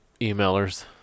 emailers